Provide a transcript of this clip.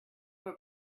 were